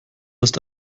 ist